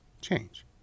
change